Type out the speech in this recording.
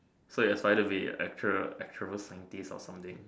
so you're trying be a actual actual scientist or something